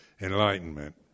enlightenment